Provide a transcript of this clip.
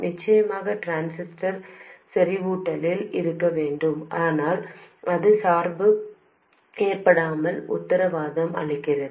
நிச்சயமாக டிரான்சிஸ்டர் செறிவூட்டலில் இருக்க வேண்டும் ஆனால் அது இந்த சார்பு ஏற்பாடுகளால் உத்தரவாதம் அளிக்கப்படுகிறது